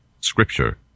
Scripture